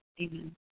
Amen